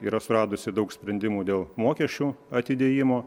yra suradusi daug sprendimų dėl mokesčių atidėjimo